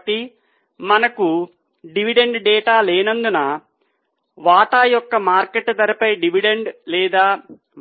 కాబట్టి మనకు dividend data లేనందున వాటా యొక్క మార్కెట్ ధరపై డివిడెండ్ లేదా